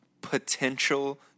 potential